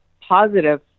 positive